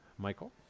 Michael